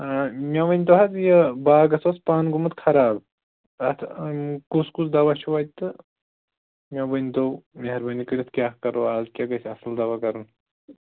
آ مےٚ ؤنۍتَو حظ یہِ باغس اوس پن گوٚمُت خراب تتھ کُس کُس دَواہ چھُ وۅنۍ تہٕ مےٚ ؤنۍتَو میٚہربٲنی کٔرِتھ کیٛاہ کَرو از کیٛاہ گژھِ اَصٕل دواہ کرُن